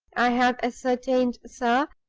i have ascertained, sir,